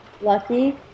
Lucky